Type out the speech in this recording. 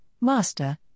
Master